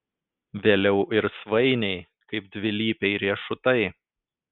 vėliau ir svainiai kaip dvilypiai riešutai